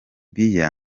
libya